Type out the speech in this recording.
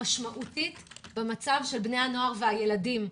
משמעותית במצב של בני הנוער והילדים.